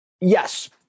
Yes